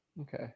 okay